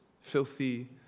filthy